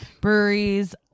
breweries